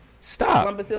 Stop